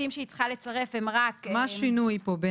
מה השינוי פה?